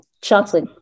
chocolate